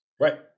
Right